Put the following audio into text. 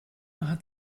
hat